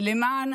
למען